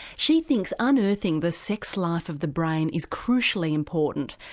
she things unearthing the sex life of the brain is crucially important.